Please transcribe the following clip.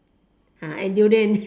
and durian